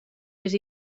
més